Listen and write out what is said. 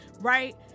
right